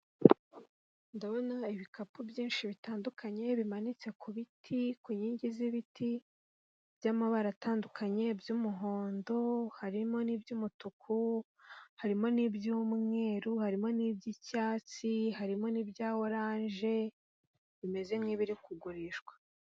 Ndabona ibikapu byinshi bitandukanye bimanitse ku biti, ku nkingi z'ibiti, by'amabara atandukanye; by'umuhondo, harimo n'iby'umutuku, harimo n'iby'umweru, harimo n'iby'icyatsi, harimo n'ibya oranje, bimeze nk'ibiri kugurishwa..